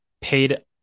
paid